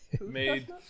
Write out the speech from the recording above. Made